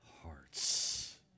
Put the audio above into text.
hearts